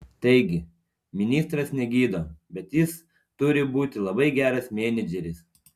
taigi ministras negydo bet jis turi būti labai geras menedžeris